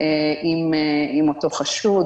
עם אותו חשוד,